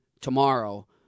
tomorrow